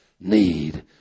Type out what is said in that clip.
need